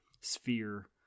sphere